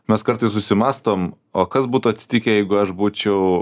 mes kartais susimąstom o kas būtų atsitikę jeigu aš būčiau